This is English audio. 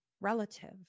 relative